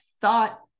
thought